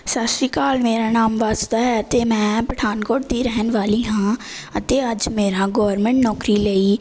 ਸਤਿ ਸ਼੍ਰੀ ਅਕਾਲ ਮੇਰਾ ਨਾਮ ਵਾਸੁਦਾ ਹੈ ਅਤੇ ਮੈਂ ਪਠਾਨਕੋਟ ਦੀ ਰਹਿਣ ਵਾਲੀ ਹਾਂ ਅਤੇ ਅੱਜ ਮੇਰਾ ਗੌਰਮੈਂਟ ਨੌਕਰੀ ਲਈ